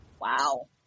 Wow